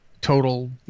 total